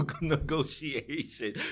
negotiation